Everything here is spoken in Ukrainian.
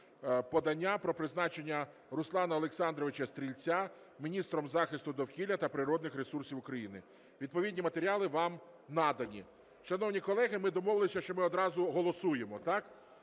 подання про призначення Руслана Олександровича міністром захисту довкілля та природних ресурсів України. Відповідні матеріали вам надані. Шановні колеги, ми домовилися, що ми одразу голосуємо,